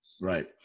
Right